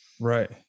Right